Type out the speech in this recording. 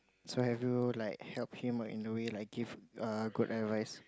so have you like help him in the way like give err good advice